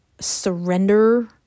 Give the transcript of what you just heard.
surrender